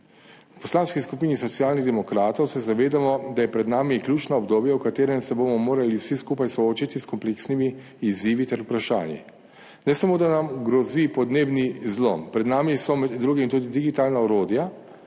V Poslanski skupini Socialnih demokratov se zavedamo, da je pred nami ključno obdobje, v katerem se bomo morali vsi skupaj soočiti s kompleksnimi izzivi ter vprašanji. Ne samo, da nam grozi podnebni zlom, pred nami so med drugim tudi digitalna orodja